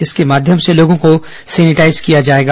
इसके माध्यम से लोगों को सैनिटाईज किया जाएगा